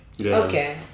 okay